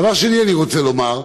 דבר שני, אני רוצה לומר,